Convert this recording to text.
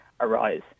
arise